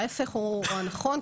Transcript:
ההיפך הוא הנכון,